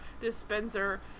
dispenser